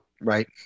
Right